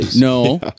No